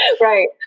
Right